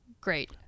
great